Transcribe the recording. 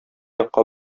якка